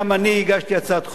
גם אני הגשתי הצעת חוק,